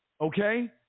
okay